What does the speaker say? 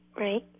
Right